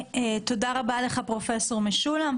תודה רבה לך על הסקירה פרופ' משולם.